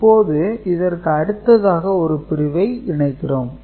இப்போது இதற்கு அடுத்ததாக ஒரு பிரிவை இணைக்கிறோம்